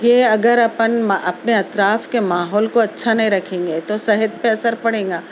کہ اگر اپن اپنے اطراف کے ماحول کو اچھا نہیں رکھیں گے تو صحت پے اثر پڑیے گا